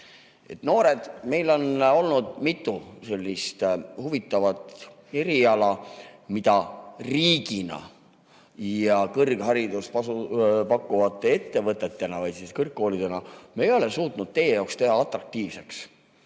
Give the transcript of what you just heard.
Noored, meil on olnud mitu sellist huvitavat eriala, mida me riigina ja kõrgharidust pakkuvate ettevõtetena või siis kõrgkoolidena ei ole suutnud teie jaoks atraktiivseks